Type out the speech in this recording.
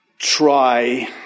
try